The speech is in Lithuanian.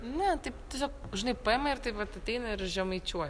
ne taip tiesiog žinai paima ir taip vat ateina ir žemaičiuoja